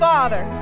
Father